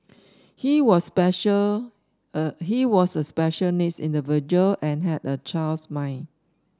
he was special he was a special needs individual and had a child's mind